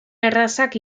errazak